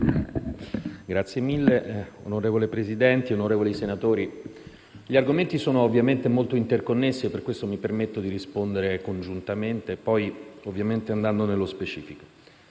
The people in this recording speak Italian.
economico*. Signor Presidente, onorevoli senatori, gli argomenti sono ovviamente molto interconnessi e per questo mi permetto di rispondere congiuntamente per poi andare nello specifico.